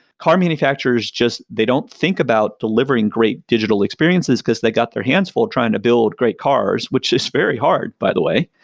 car manufacturers just they don't think about delivering great digital experiences, because they got their hands full trying to build great cars, which is very hard by the way.